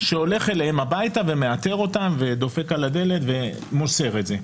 שהולך אליהם הביתה ומאתר אותם ודופק על הדלת ומוסר את זה.